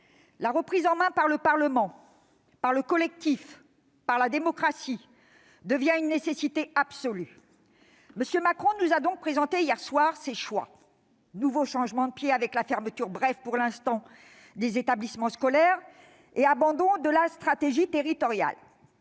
La reprise en main par le Parlement, par le collectif, par la démocratie devient une nécessité absolue. Hier soir, M. Macron nous a donc présenté ses choix : nouveau changement de pied avec la fermeture, brève pour l'instant, des établissements scolaires et l'abandon de la stratégie territoriale.